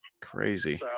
Crazy